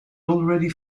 already